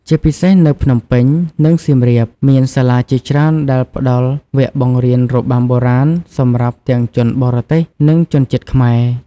ជាពិសេសនៅ ភ្នំពេញ និងសៀមរាប មានសាលាជាច្រើនដែលផ្ដល់វគ្គបង្រៀនរបាំបុរាណសម្រាប់ទាំងជនបរទេស និងជនជាតិខ្មែរ។